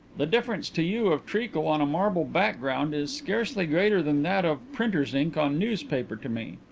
the difference to you of treacle on a marble background is scarcely greater than that of printers' ink on newspaper to me.